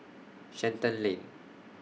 Shenton Lane